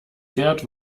fährt